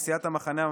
סיעת המחנה הממלכתי,